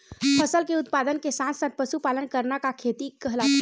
फसल के उत्पादन के साथ साथ पशुपालन करना का खेती कहलाथे?